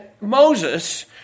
Moses